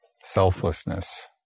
selflessness